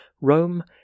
Rome